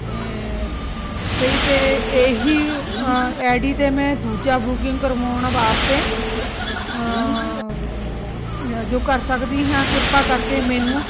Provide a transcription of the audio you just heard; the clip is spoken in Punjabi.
ਅਤੇ ਇਹ ਹੀ ਆਈ ਡੀ 'ਤੇ ਮੈਂ ਦੂਜਾ ਬੁਕਿੰਗ ਕਰਵਾਉਣ ਵਾਸਤੇ ਜੋ ਕਰ ਸਕਦੀ ਹਾਂ ਕਿਰਪਾ ਕਰਕੇ ਮੈਨੂੰ